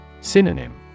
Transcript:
Synonym